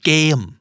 Game